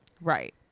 Right